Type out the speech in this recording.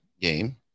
game